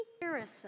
comparison